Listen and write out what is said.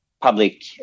public